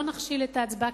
לא נכשיל את ההצבעה,